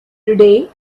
today